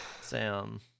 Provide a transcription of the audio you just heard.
Sam